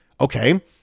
Okay